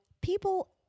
people